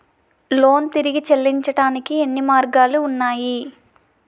Loan తిరిగి చెల్లించటానికి ఎన్ని మార్గాలు ఉన్నాయి?